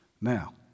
Now